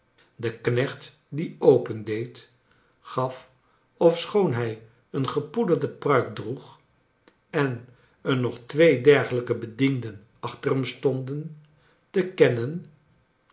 de knecht die opendeed gaf ofschoon hij een gepoederde pruik djroeg en er nog twee dergelijke bedienden achter hem stonden te kennen